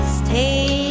stay